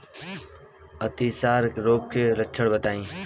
अतिसार रोग के लक्षण बताई?